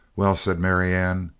well, said marianne,